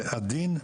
זה עדין,